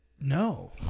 No